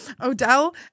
Odell